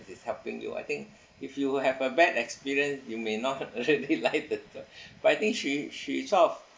is helping you I think if you have a bad experience you may not really like the job but I think she she sort of